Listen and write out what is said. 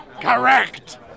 Correct